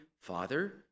Father